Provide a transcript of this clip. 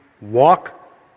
walk